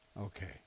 Okay